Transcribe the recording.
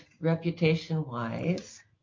reputation-wise